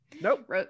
Nope